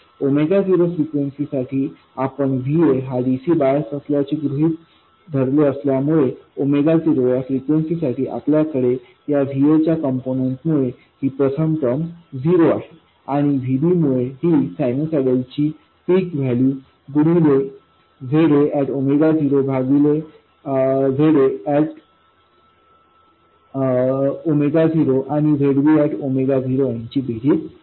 0फ्रिक्वेन्सी साठी आपण Va हा dc बायस असल्याचे गृहित धरले असल्यामुळे 0 या फ्रिक्वेन्सी साठी आपल्याकडे या Vaच्या कम्पोनन्ट मुळे ही प्रथम टर्म झिरो आहे आणि Vb मुळे ही सायनुसायडल ची पीक वैल्यू गुणिले Za एट 0 भागिले Za एट 0 आणि Zb एट 0 यांची बेरीज आहे